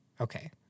Okay